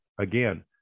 Again